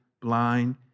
blind